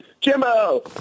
Jimbo